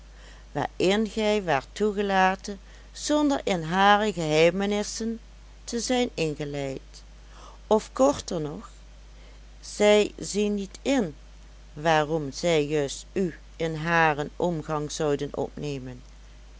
waarin gij waart toegelaten zonder in hare geheimenissen te zijn ingeleid of korter nog zij zien niet in waarom zij juist u in haren omgang zouden opnemen